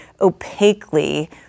opaquely